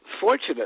fortunate